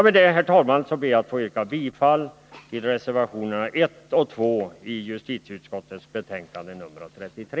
Med detta, herr talman, ber jag att få yrka bifall till reservationerna 1 och 2 i justitieutskottets betänkande 33.